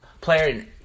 player